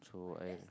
so I